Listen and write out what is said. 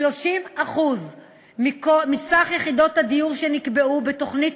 30% מסך יחידות הדיור שנקבעו בתוכנית